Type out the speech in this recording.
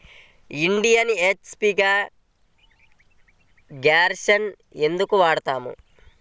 Indian, HP గ్యాస్లనే ఎందుకు వాడతాము?